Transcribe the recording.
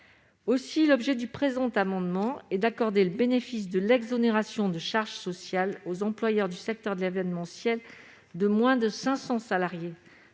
Aussi, l'objet du présent amendement est d'accorder le bénéfice de l'exonération de charges sociales aux employeurs du secteur de l'événementiel de moins de 500 salariés,